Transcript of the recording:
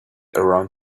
around